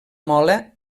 mola